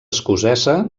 escocesa